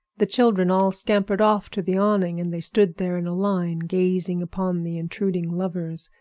the children all scampered off to the awning, and they stood there in a line, gazing upon the intruding lovers,